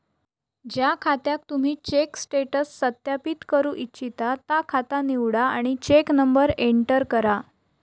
ज्या खात्याक तुम्ही चेक स्टेटस सत्यापित करू इच्छिता ता खाता निवडा आणि चेक नंबर एंटर करा